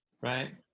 right